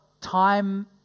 time